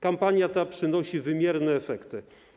Kampania ta przynosi wymierne efekty.